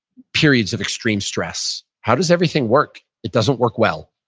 periods of extreme stress. how does everything work? it doesn't work well.